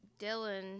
Dylan